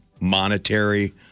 monetary